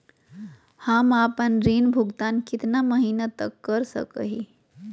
हम आपन ऋण भुगतान कितना महीना तक कर सक ही?